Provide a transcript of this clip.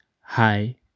Hi